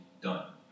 done